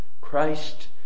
Christ